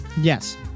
Yes